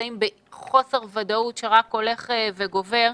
נמצאים בחוסר ודאות שרק הולך וגובר,